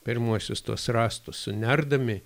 pirmuosius tuos rąstus sunerdami